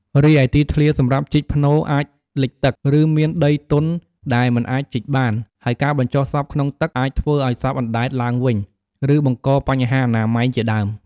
រីឯទីធ្លាសម្រាប់ជីកផ្នូរអាចលិចទឹក ឬមានដីទន់ដែលមិនអាចជីកបាន ហើយការបញ្ចុះសពក្នុងទឹកអាចធ្វើឲ្យសពអណ្តែតឡើងវិញ ឬបង្កបញ្ហាអនាម័យជាដើម។